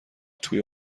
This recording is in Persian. توی